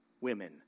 women